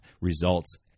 results